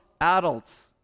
adults